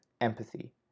empathy